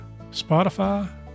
Spotify